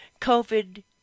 COVID